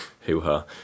Hoo-ha